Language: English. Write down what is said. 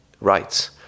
Rights